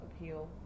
appeal